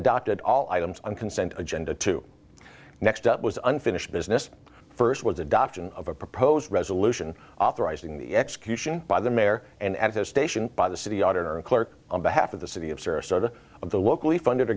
adopted all items on consent agenda to next up was unfinished business first was adoption of a proposed resolution authorizing the execution by the mayor and the station by the city auditor and clerk on behalf of the city of sarasota of the locally funded